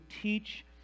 teach